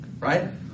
right